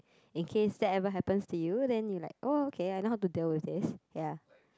in case that ever happens to you then you like oh okay I know how to deal with this ya